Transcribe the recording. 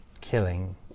killing